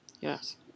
Yes